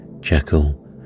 Jekyll